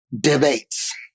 debates